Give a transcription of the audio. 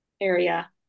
area